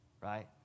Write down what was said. Right